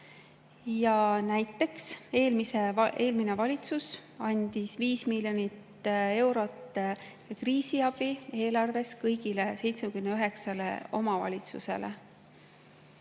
Näiteks eelmine valitsus andis 5 miljonit eurot kriisiabi eelarves kõigile 79 omavalitsusele.